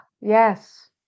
yes